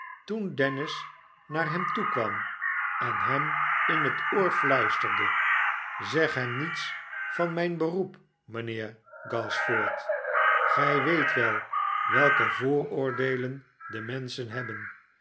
toen dennis naar hem toe kwam en hem in het oor fluisterde zeg hem niets van mijn beroep mijnheer gashford gij weet wel welke vooroordeelen de menschen hebben